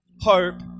Hope